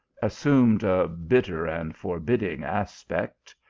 assumed a bitter and forbidding aspect,